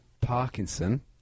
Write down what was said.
Parkinson